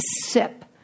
sip